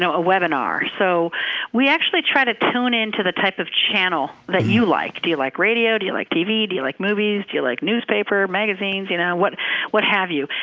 so a webinar. so we actually try to tune in to the type of channel that you like. do you like radio? do you like tv? do you like movies? do you like newspaper, magazines, you know what what have you?